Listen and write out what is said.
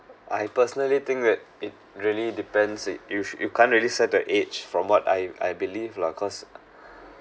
I personally think that it really depends it you should you can't really set to an age from what I I believe lah cause